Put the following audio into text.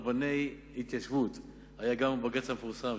עם רבני התיישבות היה בג"ץ מפורסם,